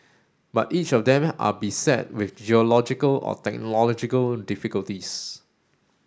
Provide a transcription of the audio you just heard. but each of them are beset with geological or technological difficulties